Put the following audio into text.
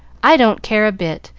i don't care a bit,